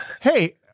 Hey